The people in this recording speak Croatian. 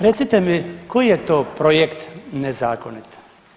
Recite mi koji je to projekt nezakonit?